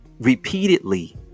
repeatedly